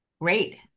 Great